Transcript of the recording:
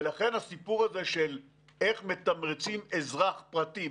ולכן הסיפור הזה של איך מתמרצים אזרח פרטי,